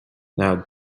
now